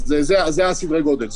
אז אלו סדרי הגודל,